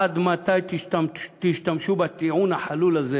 עד מתי תשתמשו בטיעון החלול הזה